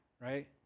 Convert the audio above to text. Right